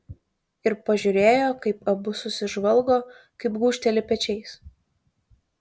ir pažiūrėjo kaip abu susižvalgo kaip gūžteli pečiais